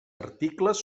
articles